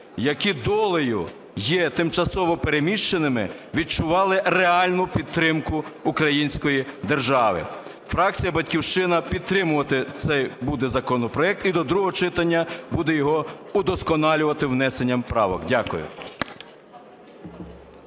які долею є тимчасово переміщеними, відчували реальну підтримку української держави. Фракція "Батьківщина" підтримувати цей буде законопроект і до другого читання буде його удосконалювати внесенням правок. Дякую.